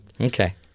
Okay